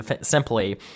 simply